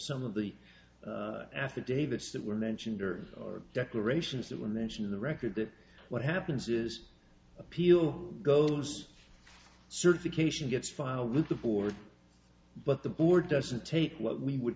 some of the affidavits that were mentioned are or declarations that were mentioned in the record that what happens is appeal goes certification gets filed with the board but the board doesn't take what we would